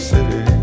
City